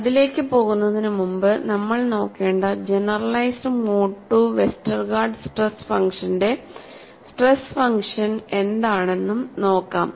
അതിലേക്ക് പോകുന്നതിനുമുമ്പ് നമ്മൾ നോക്കേണ്ട generalised mode II Westergaard stress ഫംഗ്ഷന്റെ സ്ട്രെസ് ഫംഗ്ഷൻ എന്താണെന്നും നോക്കാം